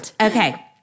Okay